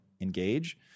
engage